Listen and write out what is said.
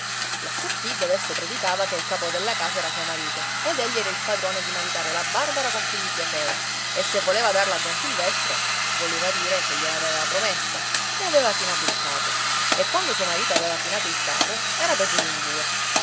la zuppidda adesso predicava che il capo della casa era suo marito ed egli era il padrone di maritare la barbara con chi gli piaceva e se voleva darla a don silvestro voleva dire che gliela aveva promessa e aveva chinato il capo e quando suo marito aveva chinato il capo era peggio di un bue